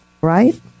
right